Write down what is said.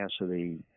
capacity